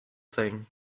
thing